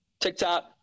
TikTok